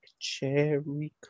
cherry